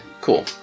cool